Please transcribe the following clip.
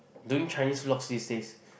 doing Chinese vlogs these days